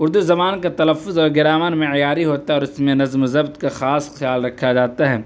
اردو زبان کے تلفظ اور گرامر معیاری ہوتا ہے اور اس میں نظم و ضبط کا خاص خیال رکھا جاتا ہے